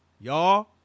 y'all